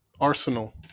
Arsenal